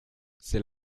c’est